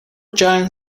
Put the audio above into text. giant